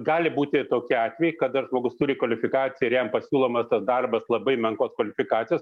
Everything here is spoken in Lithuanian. gali būti ir tokie atvejai kada žmogus turi kvalifikaciją ir jam pasiūlomas tas darbas labai menkos kvalifikacijos